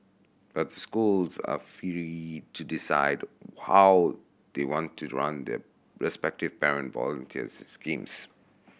but schools are free to decide how they want to run their respective parent volunteers schemes